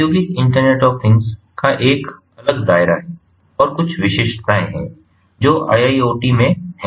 औद्योगिक internet of things का एक अलग दायरा है और कुछ विशिष्टताएं हैं जो IIoT में हैं